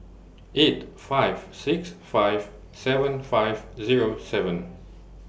eight five six five seven five Zero seven